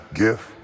gift